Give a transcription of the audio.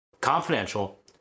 confidential